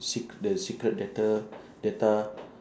sec~ the secret data data